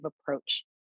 approach